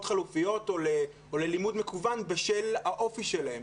חלופיות או ללימוד מקוון בשל האופי שלהם.